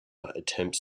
attempts